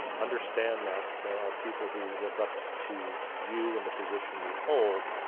understand that there are people who look up to you and the position you hold,